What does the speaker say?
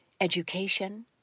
education